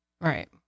Right